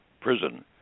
prison